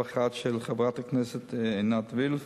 341 של חברת הכנסת עינת וילף: